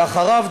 ואחריו,